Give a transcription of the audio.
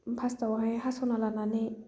first आवहाय हास'ना लानानै